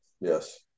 Yes